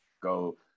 go